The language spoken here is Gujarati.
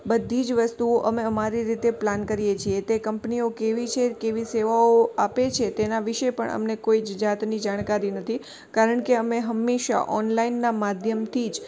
બધી જ વસ્તુઓ અમે અમારી રીતે પ્લાન કરીએ છીએ તે કંપનીઓ કેવી છે કેવી સેવાઓ આપે છે તેના વિશે પણ અમને કોઇ જ જાતની જાણકારી નથી કારણ કે અમે હંમેશા ઓનલાઇનના માધ્યમથી જ